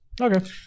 Okay